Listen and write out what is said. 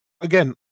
again